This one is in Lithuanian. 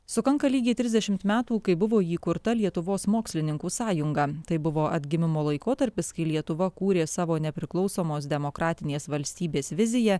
sukanka lygiai trisdešimt metų kai buvo įkurta lietuvos mokslininkų sąjunga tai buvo atgimimo laikotarpis kai lietuva kūrė savo nepriklausomos demokratinės valstybės viziją